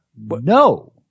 No